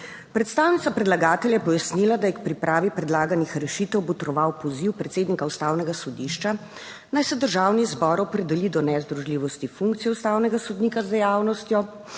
Predstavnica predlagatelja je pojasnila, da je k pripravi predlaganih rešitev botroval poziv predsednika Ustavnega sodišča, naj se Državni zbor opredeli do nezdružljivosti funkcije ustavnega sodnika z dejavnostjo,